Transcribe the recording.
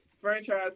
franchise